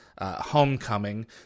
Homecoming